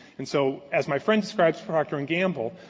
and so as my friend describes procter and gamble,